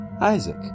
Isaac